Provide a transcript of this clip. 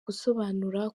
gusobanura